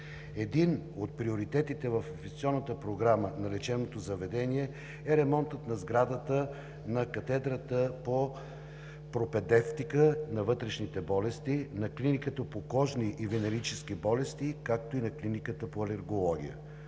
Един от приоритетите в инвестиционната програма на лечебното заведение е ремонтът на сградата на Катедрата по пропедевтика на вътрешните болести, на Клиниката по кожни и венерически болести, както и на Клиниката по алергология.